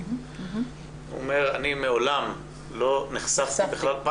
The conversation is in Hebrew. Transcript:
ואמר שהוא מעולם לא נחשף למוקד 105,